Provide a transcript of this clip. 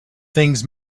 things